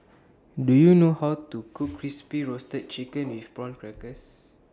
Do YOU know How to Cook Crispy Roasted Chicken with Prawn Crackers